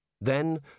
Then